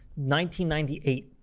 1998